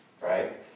Right